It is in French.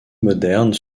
modernes